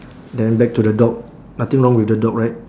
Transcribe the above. then back to the dog nothing wrong with the dog right